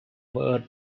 word